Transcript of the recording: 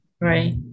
Right